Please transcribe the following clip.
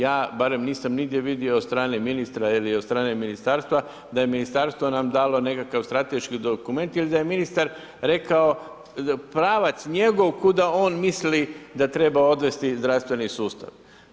Ja barem nisam nigdje vidio od strane ministra ili od strane ministarstva da ministarstvo nam je dalo nekakav strateški dokument ili da je ministar rekao pravac njegov kuda on misli da treba odvesti zdravstveni sustav.